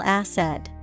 asset